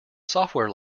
software